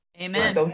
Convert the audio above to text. Amen